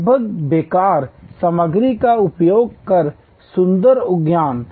लगभग बेकार सामग्री का उपयोग कर सुंदर उद्यान